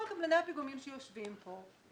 כל קבלני הפיגומים שיושבים פה,